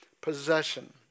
possession